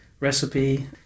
recipe